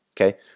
Okay